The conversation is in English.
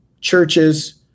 Churches